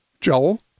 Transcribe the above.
joel